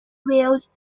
wales